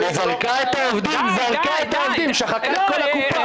אבל הוא זרק את העובדים, שחק את כל הקופה.